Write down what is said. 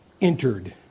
entered